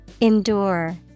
Endure